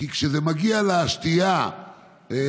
כי כשזה מגיע לשתייה המתוקה,